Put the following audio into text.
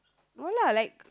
no lah like